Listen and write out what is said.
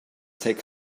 take